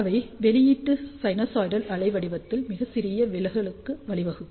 அவை வெளியீட்டு சைனூசாய்டல் அலைவடிவத்தில் மிகச் சிறிய விலகலுக்கு வழிவகுக்கும்